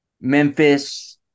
Memphis